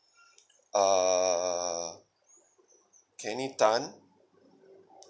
ah kenny tan